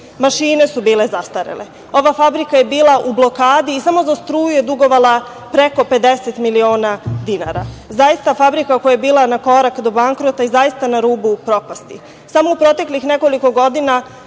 Mašine su bile zastarele. Ova fabrika je bila u blokadi i samo za struju je dugovala preko 50 miliona dinara. Zaista, fabrika koja je bila na korak do bankrota je zaista na rubu propasti. Samo u proteklih nekoliko godina